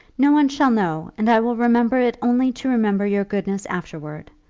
no one shall know, and i will remember it only to remember your goodness afterwards.